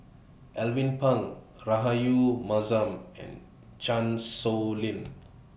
Alvin Pang Rahayu Mahzam and Chan Sow Lin